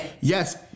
Yes